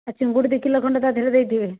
ଚିଙ୍ଗୁଡ଼ି ଦି କିଲୋ ଖଣ୍ଡେ ତା' ଦେହରେ ଦେଇଥିବେ